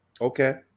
okay